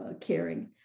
caring